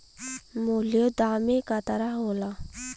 मूल्यों दामे क तरह होला